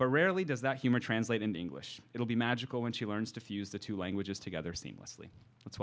but rarely does that humor translate into english it will be magical when she learns to fuse the two languages together seamlessly let's